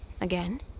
Again